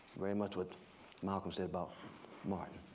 very much what malcolm said about martin.